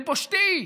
לבושתי.